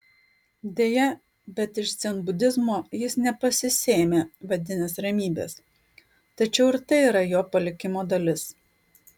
deja bet iš dzenbudizmo jis nepasisėmė vidinės ramybės tačiau ir tai yra jo palikimo dalis